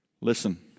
Listen